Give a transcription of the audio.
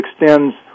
extends